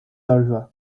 over